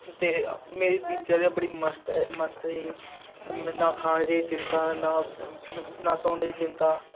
ते मेरी दिनचर्या बड़ी मस्त मस्त ही न खाने दी चिंता न सोने दी चिं ता